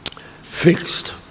fixed